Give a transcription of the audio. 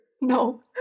No